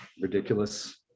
ridiculous